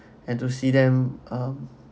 and to see them um